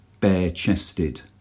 Bare-chested